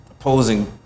opposing